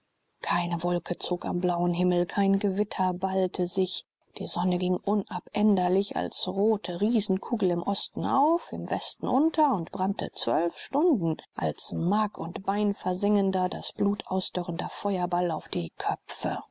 keine wolke zog am blauen himmel kein gewitter ballte sich die sonne ging unabänderlich als rote riesenkugel im osten auf im westen unter und brannte zwölf stunden als mark und bein versengender das blut ausdörrender feuerball auf die köpfe